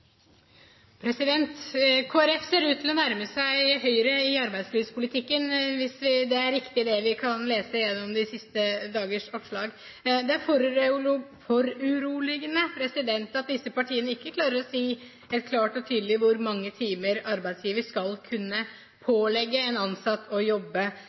Kristelig Folkeparti ser ut til å nærme seg Høyre i arbeidslivspolitikken, hvis det er riktig det vi kan lese gjennom de siste dagers oppslag. Det er foruroligende at disse partiene ikke klarer å si klart og tydelig hvor mange timer arbeidsgiver kan kunne pålegge en ansatt å jobbe,